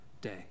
day